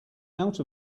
out